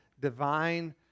divine